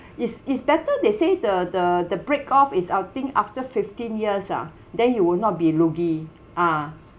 is is better they say the the the break off is I think after fifteen years ah then you will not be rugi ah